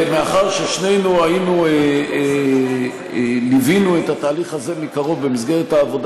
ומאחר ששנינו ליווינו את התהליך הזה מקרוב במסגרת העבודה